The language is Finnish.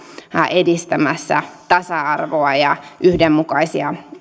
edistämässä tasa arvoa ja yhdenmukaisia